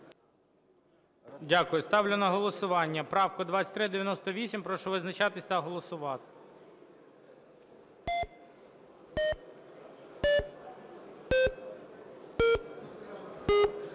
Ставлю на голосування правку 2491. Прошу визначатися та голосувати.